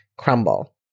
crumble